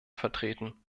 vertreten